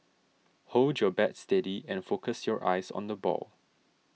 hold your bat steady and focus your eyes on the ball